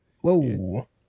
whoa